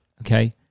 okay